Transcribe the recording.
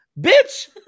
Bitch